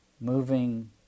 moving